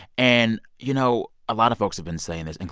and, you know, a lot of folks have been saying this, and